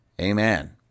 Amen